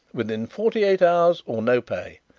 within forty-eight hours or no pay.